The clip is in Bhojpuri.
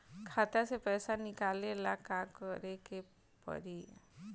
खाता से पैसा निकाले ला का करे के पड़ी?